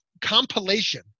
compilation